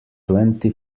twenty